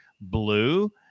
blue